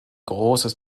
großes